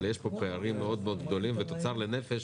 אבל יש פה פערים גדולים מאוד ותוצר לנפש